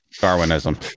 Darwinism